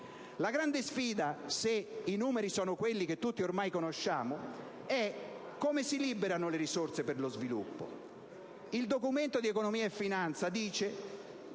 La grande sfida, se i numeri sono quelli che tutti ormai conosciamo, è su come liberare le risorse per lo sviluppo. Il Documento di economia e finanza pone al